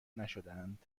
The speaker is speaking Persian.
نشدهاند